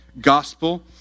gospel